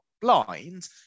blind